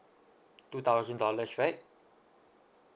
two thousand dollars right